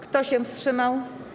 Kto się wstrzymał?